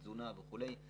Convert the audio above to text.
תזונה ורכישות פנימיות,